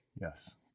Yes